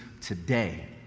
today